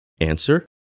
Answer